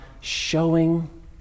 showing